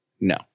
No